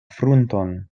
frunton